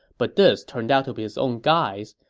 but this turned out to be his own guys.